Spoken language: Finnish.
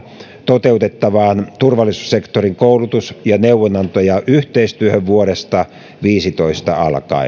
toteutettavaan turvallisuussektorin koulutus ja neuvonantoyhteistyöhön vuodesta viisitoista alkaen